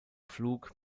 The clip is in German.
pflug